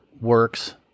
works